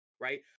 Right